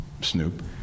Snoop